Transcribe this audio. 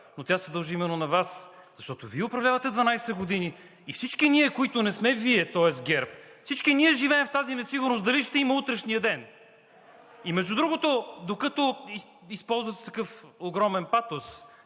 но тя се дължи именно на Вас, защото Вие управлявате 12 години и всички ние, които не сме Вие, тоест ГЕРБ, живеем в тази несигурност дали ще го има утрешния ден. И, между другото, докато използвате такъв огромен патос